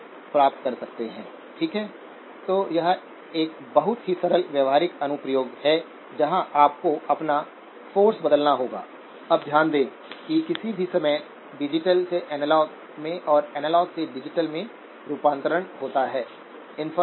इसलिए हमारे पास एक अतिरिक्त VT है और डिनामनैटर में हम 1gmRD